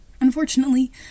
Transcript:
Unfortunately